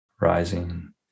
rising